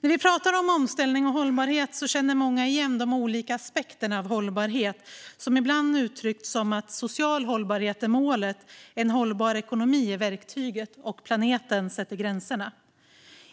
När Miljöpartiet pratar om omställning och hållbarhet känner många igen de olika aspekterna av hållbarhet som ibland uttrycks som att social hållbarhet är målet, en hållbar ekonomi är verktyget och planeten det som sätter gränserna.